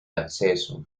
acceso